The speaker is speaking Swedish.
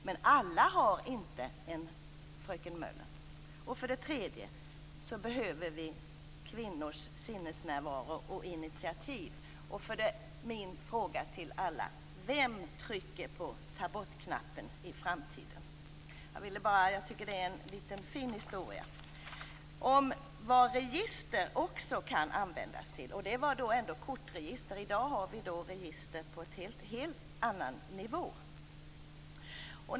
Men alla har inte en fröken Møller. Den tredje slutsatsen är att vi behöver kvinnors sinnesnärvaro och initiativ. Min fråga till alla är: Vem trycker på ta-bortknappen i framtiden? Jag tycker att det här är en liten fin historia om vad register kan användas till. Och det var ändå kortregister. I dag har vi register på en helt annan nivå.